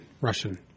Russian